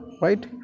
Right